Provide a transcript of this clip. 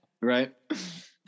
Right